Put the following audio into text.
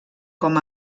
com